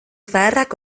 zaharrak